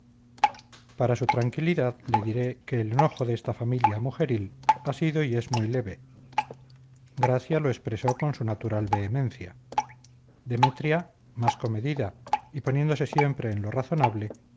para su tranquilidad le diré que el enojo de esta familia mujeril ha sido y es muy leve gracia lo expresó con su natural vehemencia demetria más comedida y poniéndose siempre en lo razonable